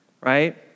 right